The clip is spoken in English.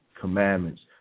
commandments